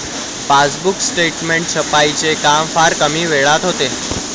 passbook statement छपाईचे काम फार कमी वेळात होते